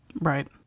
Right